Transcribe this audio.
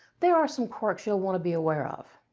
there are some quirks you'll want to be aware of.